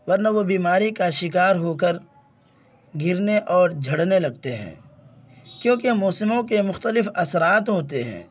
ورنہ وہ بیماری کا شکار ہو کر گرنے اور جھڑنے لگتے ہیں کیونکہ موسموں کے مختلف اثرات ہوتے ہیں